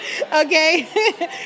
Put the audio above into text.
okay